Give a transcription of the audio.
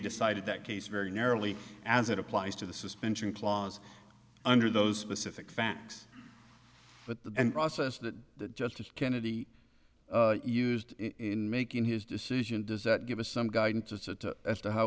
decided that case very narrowly as it applies to the suspension clause under those specific facts but the process that justice kennedy used in making his decision does that give us some guidance as to as to how